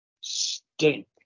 stink